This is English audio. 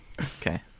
okay